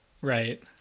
Right